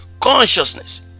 consciousness